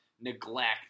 neglect